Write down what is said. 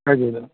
വരുവല്ലോ